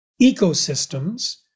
ecosystems